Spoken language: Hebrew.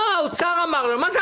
תבדוק